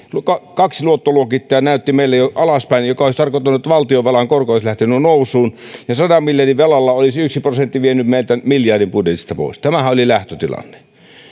kaksi luottoluokittajaa näytti meille jo alaspäin mikä olisi tarkoittanut että valtionvelan korko olisi lähtenyt nousuun ja sadan miljardin velalla olisi yksi prosentti vienyt meiltä miljardin budjetista pois tämähän oli lähtötilanne